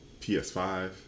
PS5